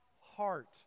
heart